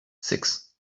six